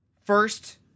First